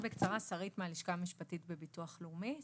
שרית מהלשכה המשפטית בביטוח לאומי,